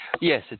Yes